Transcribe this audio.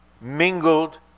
mingled